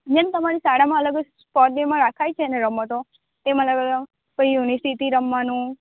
ma'am તમારી શાળામાં અલગ જ સ્પોર્ટ ડેમાં રખાય છેને રમતો તેમાં અલગ અલગ પછી યુનિસિટી રમવાનું